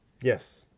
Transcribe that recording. Yes